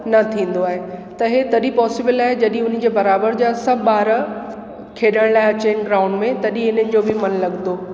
न थींदो आहे त हे तॾहिं पॉसिबल आहे जॾहिं हुन्हीअ जे बराबरि जा सभु ॿार खेॾण लाइ अचनि ग्राउंड में तॾहिं हिननि जो बि मन लॻंदो